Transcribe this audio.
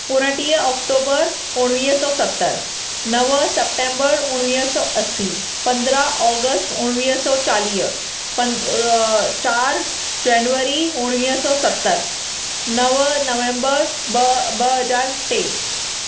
उणटीह ऑक्टोबर उणिवीह सौ सतरि नव सप्टेंबर उणिवीह सौ असी पंदरहां ऑगस्ट उणिवीह सौ चालीह पंद चार जनवरी उणिवीह सौ सतरि नव नवेंंबर ॿ ॿ हज़ार टे